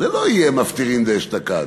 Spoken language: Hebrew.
זה לא יהיה מפטירין כדאשתקד.